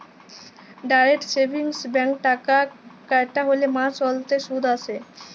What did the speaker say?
direct savings ব্যাংকে টাকা খ্যাটাইলে মাস অল্তে সুদ আসে